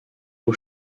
eau